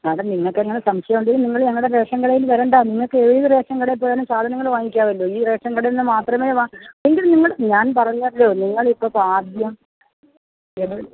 madam നിങ്ങൾക്ക് അങ്ങനെ സംശയം ഉണ്ടെങ്കിൽ നിങ്ങൾ ഞങ്ങളുടെ റേഷൻ കടയിൽ വരേണ്ട നിങ്ങൾക്ക് ഏത് റേഷൻ കടയിൽ പോയാലും സാധനങ്ങൾ വാങ്ങിക്കാമല്ലോ ഈ റേഷൻ കടയിൽനിന്ന് മാത്രമേ എങ്കിൽ നിങ്ങൾ ഞാൻ പറഞ്ഞല്ലോ നിങ്ങൾ ഇപ്പോൾ ആദ്യം